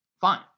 fine